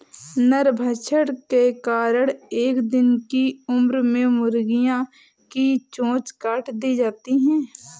नरभक्षण के कारण एक दिन की उम्र में मुर्गियां की चोंच काट दी जाती हैं